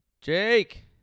Jake